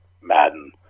Madden